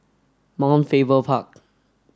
Mount Faber Park